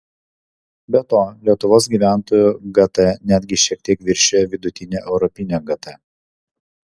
be to lietuvos gyventojų gt netgi šiek tiek viršijo vidutinę europinę gt